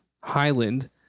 Highland